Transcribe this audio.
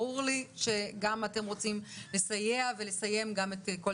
ברור לי שגם אתם רוצים לסייע ולסיים את גם את כל